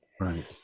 Right